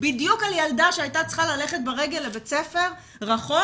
בדיוק על ילדה שהייתה צריכה ללכת ברגל לבית ספר רחוק